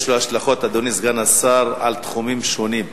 יש לו השלכות, אדוני סגן השר, על תחומים שונים.